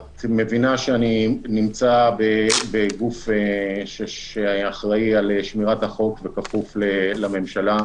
את מבינה שאני נמצא בגוף שאחראי על שמירת החוק וכפוף לממשלה,